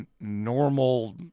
normal